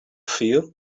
feel